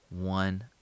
one